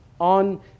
on